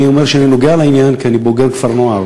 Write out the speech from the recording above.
אני אומר שאני קשור לעניין כי אני בוגר כפר-נוער,